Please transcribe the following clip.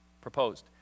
proposed